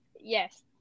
Yes